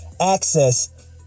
access